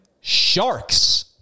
Sharks